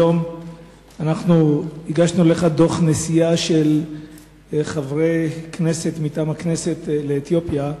היום הגשנו לך דוח נסיעה מטעם חברי הכנסת שנסעו לאתיופיה.